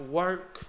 work